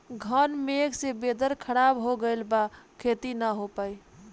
घन मेघ से वेदर ख़राब हो गइल बा खेती न हो पाई